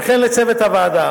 וכן לצוות הוועדה,